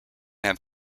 have